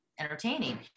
Entertaining